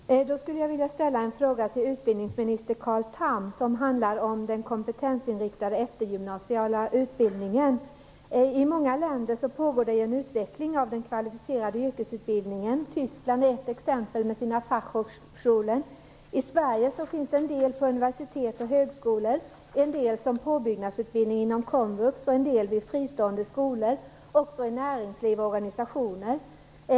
Fru talman! Jag skulle vilja ställa en fråga till utbildningsminister Carl Tham om den kompetensinriktade eftergymnasiala utbildningen. Det pågår i många länder en utveckling av den kvalificerade yrkesutbildningen. Tyskland med sina Fachhochschulen är ett exempel på detta. I Sverige finns det en del utbildningar på universitet och högskolor, en del som påbyggnadsutbildning inom komvux och en del vid fristående skolor, liksom också inom näringsliv och organisationer.